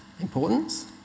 importance